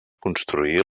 construir